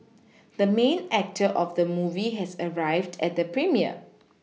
the main actor of the movie has arrived at the premiere